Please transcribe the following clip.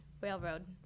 railroad